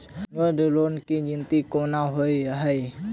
Gold loan केँ गिनती केना होइ हय?